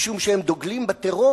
משום שהם דוגלים בטרור,